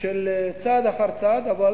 של צעד אחר צעד, אבל